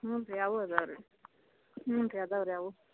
ಹ್ಞೂ ರೀ ಅವೂ ಇದಾವ್ ರೀ ಹ್ಞೂ ರೀ ಇದಾವ್ ರೀ ಅವು